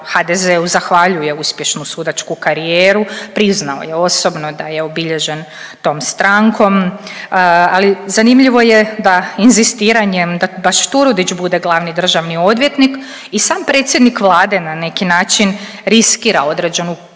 HDZ-u zahvaljuje uspješnu sudačku karijeru, priznao je osobno da je obilježen tom strankom, ali zanimljivo je da inzistiranjem da baš Turudić bude glavni državni odvjetnik i sam predsjednik Vlade na neki način riskira određenu